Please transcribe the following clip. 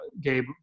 Gabe